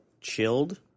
chilled